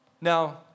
Now